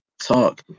Talk